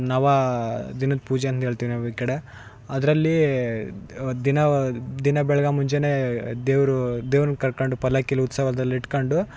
ನವ ದಿನದ ಪೂಜೆ ಅಂದೆಳ್ತಿವಿ ನಾವೀಕಡೆ ಅದರಲ್ಲೀ ದಿನ ದಿನ ಬೆಳಗ್ಗೆ ಮುಂಚೇ ದೇವರು ದೇವ್ರುನ್ನ ಕರ್ಕೊಂಡು ಪಲ್ಲಕ್ಕಿಲ್ಲಿ ಉತ್ಸವದಲ್ಲಿಟ್ಕೊಂಡು